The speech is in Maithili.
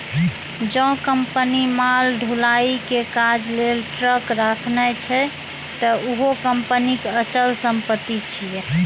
जौं कंपनी माल ढुलाइ के काज लेल ट्रक राखने छै, ते उहो कंपनीक अचल संपत्ति छियै